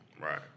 Right